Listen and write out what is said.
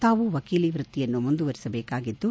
ತಾವು ವಕೀಲಿ ವೃತ್ತಿಯನ್ನು ಮುಂದುವರೆಸಬೇಕಾಗಿದ್ದು